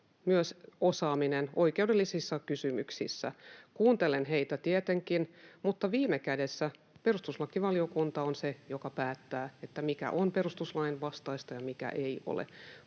on osaaminen oikeudellisissa kysymyksissä. Kuuntelen heitä tietenkin, mutta viime kädessä perustuslakivaliokunta on se, joka päättää, mikä on perustuslain vastaista ja mikä ei ole.